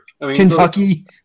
Kentucky